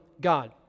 God